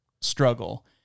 struggle